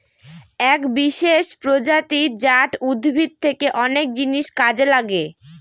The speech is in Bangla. এক বিশেষ প্রজাতি জাট উদ্ভিদ থেকে অনেক জিনিস কাজে লাগে